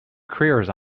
careers